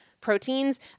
proteins